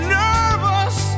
nervous